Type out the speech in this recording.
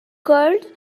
cold